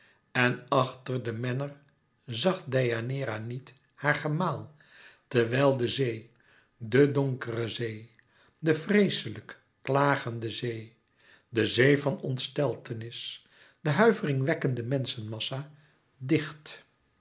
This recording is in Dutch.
en achter den menner zag deianeira niet haar gemaal terwijl de zee de donkere zee de vreeslijk klagende zee de zee van ontsteltenis de huiveringwekkende menschenmassa dicht